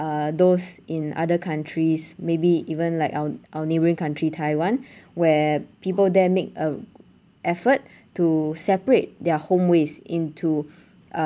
uh those in other countries maybe even like our our neighbouring country taiwan where people there make a effort to separate their home waste into